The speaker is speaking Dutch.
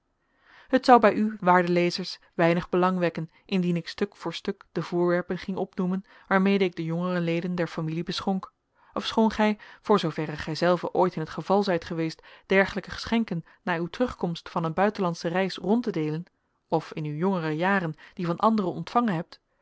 het zou bij u waarde lezers weinig belang wekken indien ik stuk voor stuk de voorwerpen ging opnoemen waarmede ik de jongere leden der familie beschonk ofschoon gij voor zooverre gijzelven ooit in het geval zijt geweest dergelijke geschenken na uw terugkomst van een buitenlandsche reis rond te deelen of in uw jongere jaren die van anderen ontvangen hebt